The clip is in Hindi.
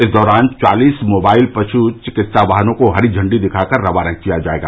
इस दौरान चालीस मोबाइल पशु चिकित्सा वाहनों को हरी झण्डी दिखाकर रवाना किया जायेगा